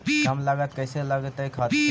कम लागत कैसे लगतय खाद से?